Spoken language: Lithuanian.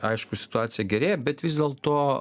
aišku situacija gerėja bet vis dėlto